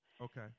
Okay